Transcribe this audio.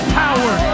power